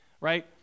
right